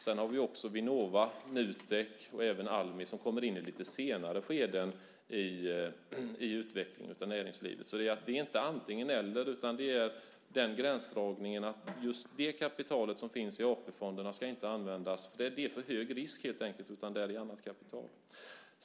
Sedan har vi Vinnova, Nutek och även Almi, som kommer in i lite senare skeden i utvecklingen av näringslivet. Det är inte antingen-eller, utan det handlar om den gränsdragningen att just det kapital som finns i AP-fonderna inte ska användas. Det är för hög risk. Det ska vara annat kapital.